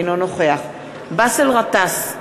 אינו נוכח באסל גטאס,